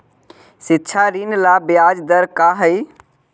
शिक्षा ऋण ला ब्याज दर का हई?